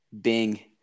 Bing